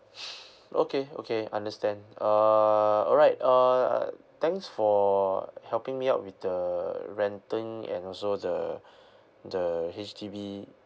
okay okay understand uh all right err thanks for helping me out with the renting and also the the H_D_B